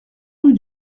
rue